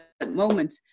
moment